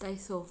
Daiso